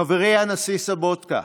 חברי הנשיא סובוטקה,